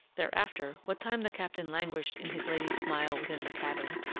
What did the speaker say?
thereafter, what time the captain languished in his lady's smile within the cabin,